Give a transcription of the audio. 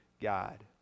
God